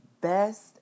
best